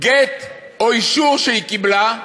גט או אישור שהיא קיבלה,